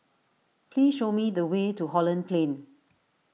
please show me the way to Holland Plain